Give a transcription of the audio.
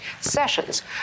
sessions